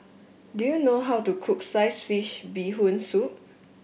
do you know how to cook Sliced Fish Bee Hoon Soup